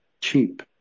cheap